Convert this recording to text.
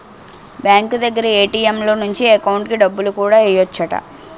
bank దగ్గర ATM లో నుంచి ఎకౌంటుకి డబ్బులు కూడా ఎయ్యెచ్చట